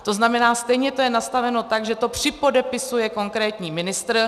To znamená, stejně to je nastaveno tak, že to připodepisuje konkrétní ministr.